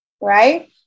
right